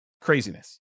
Craziness